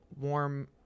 warm